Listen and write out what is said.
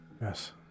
Yes